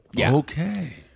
Okay